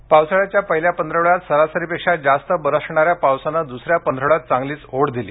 हवामान पावसाळ्याच्या पहिल्या पंधरवड्यात सरारसरी पेक्षा जास्त बरसणाऱ्या पावसानं दूसऱ्या पंधरवड्यात चांगलीच ओढ दिली